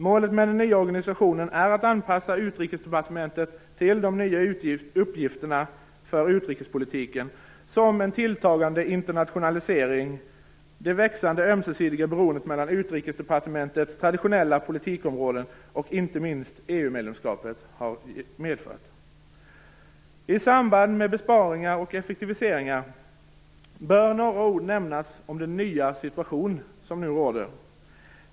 Målet med den nya organisationen är att anpassa Utrikesdepartementet till de nya uppgifterna för utrikespolitiken som en tilltagande internationalisering, det växande ömsesidiga beroendet mellan Utrikesdepartementets traditionella politikområden och inte minst EU-medlemskapet har medfört. I samband med besparingar och effektiviseringar bör några ord nämnas om den nya situation som nu råder.